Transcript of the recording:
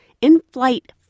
in-flight